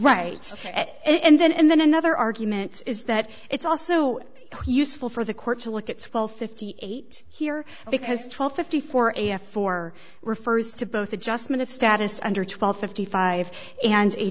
right and then and then another argument is that it's also useful for the court to look at twelve fifty eight here because twelve fifty four eighty four refers to both adjustment of status under twelve fifty five and a